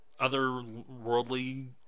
otherworldly